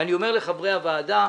ואני אומר לחברי הוועדה: